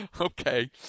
Okay